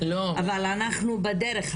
אבל אנחנו בדרך.